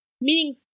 meaning